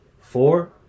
four